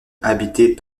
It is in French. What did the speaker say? habités